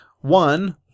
one